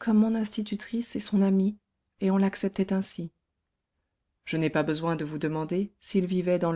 comme mon institutrice et son amie et on l'acceptait ainsi je n'ai pas besoin de vous demander s'il vivait dans